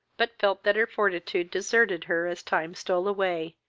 but felt that her fortitude deserted her as time stole away,